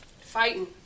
fighting